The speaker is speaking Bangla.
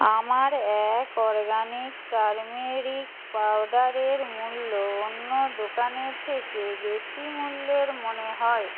আমার এক অরগ্যানিক টারমেরিক পাউডারের মূল্য অন্য দোকানের থেকে বেশি মূল্যের মনে হয়